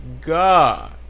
god